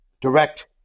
direct